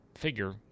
figure